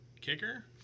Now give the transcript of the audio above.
Kicker